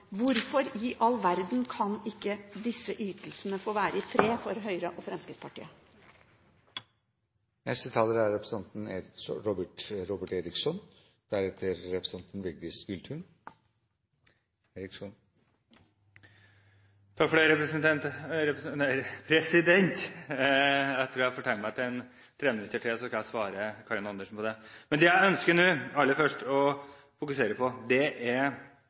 Hvorfor i all verden kan ikke disse ytelsene få være i fred for Høyre og Fremskrittspartiet? Etter at jeg har tegnet meg til et treminuttersinnlegg til, skal jeg svare Karin Andersen. Det jeg nå aller først ønsker å fokusere på, er å inkludere flere i arbeidslivet. Vi hører Trettebergstuen si at vi er på rett vei, vi skaper flere jobber, og det er